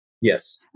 yes